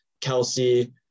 Kelsey